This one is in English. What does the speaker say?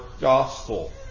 gospel